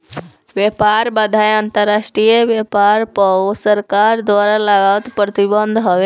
व्यापार बाधाएँ अंतरराष्ट्रीय व्यापार पअ सरकार द्वारा लगावल प्रतिबंध हवे